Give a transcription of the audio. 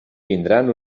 tindran